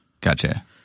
Gotcha